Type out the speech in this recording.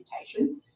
reputation